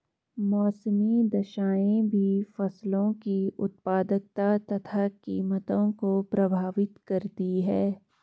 मौसमी दशाएं भी फसलों की उत्पादकता तथा कीमतों को प्रभावित करती है